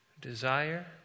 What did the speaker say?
Desire